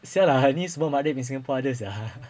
siao lah ini semua malik in singapore ada sia